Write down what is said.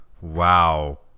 Wow